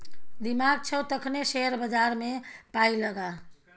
दिमाग छौ तखने शेयर बजारमे पाय लगा